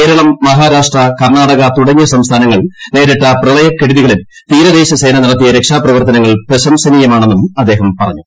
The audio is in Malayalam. കേരളം മഹാരാഷ്ട്ര കർണാടക തുടങ്ങിയ സംസ്ഥാനങ്ങൾ നേരിട്ട പ്രളയക്കെടുതികളിൽ തീരദേശ സേന നടത്തിയ രക്ഷാപ്രവർത്തനങ്ങൾ പ്രശംസനീയമാണെന്നും അദ്ദേഹം പറഞ്ഞു